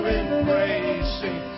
embracing